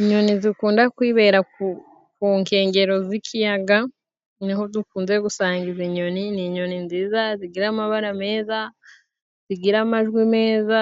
Inyoni zikunda kwibera ku nkengero z'ikiyaga, niho dukunze gusanga izi nyoni. Ni inyoni nziza zigira amabara meza, zigira amajwi meza,